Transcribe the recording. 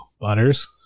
Butters